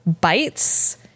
bites